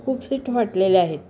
खूप सीठ फाटलेल्या आहेत